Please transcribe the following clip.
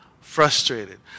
frustrated